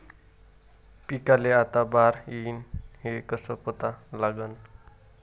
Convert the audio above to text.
पिकाले आता बार येईन हे कसं पता लागन?